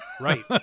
Right